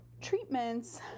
treatments